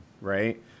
right